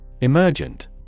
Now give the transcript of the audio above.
Emergent